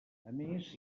més